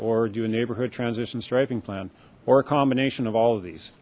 or do a neighborhood transition striping plan or a combination of all of these